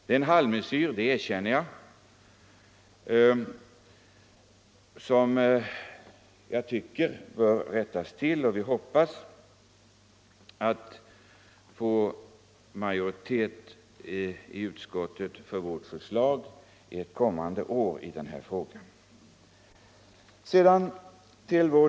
Enligt min mening är det en halvmesyr, och systemet bör alltså rättas till. Vi hoppas att få majoritet i utskottet för vårt förslag i den här frågan ett kommande år.